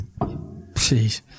Jeez